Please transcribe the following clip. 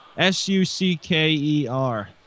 S-U-C-K-E-R